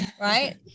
Right